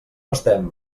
estem